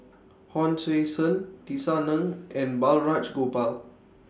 Hon Sui Sen Tisa Ng and Balraj Gopal